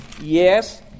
Yes